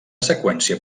seqüència